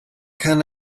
can